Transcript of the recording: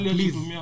Please